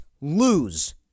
lose